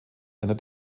einer